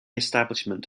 establishment